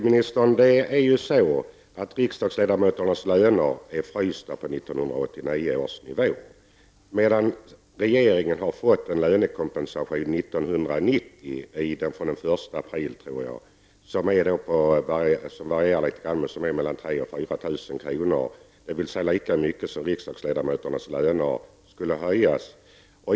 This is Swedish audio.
Herr talman! Civilministern, riksdagsledamöternas löner är frysta på 1989 års nivå, medan regeringen har fått en lönekompensation 1990 -- jag tror att det är från den 1 april -- på mellan 3 000 och 4 000 kr. Det är lika mycket som riksdagsledamöternas löner skulle höjas.